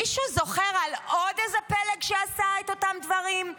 מישהו זוכר עוד איזה פלג שעשה את אותם דברים,